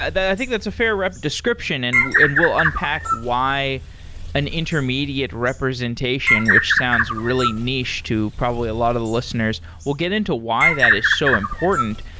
i think that's a fair rep description, and and we'll unpack why an intermediate representation, which sounds really niche to probably a lot of the listeners. we'll get into why that is so important.